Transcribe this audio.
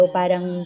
parang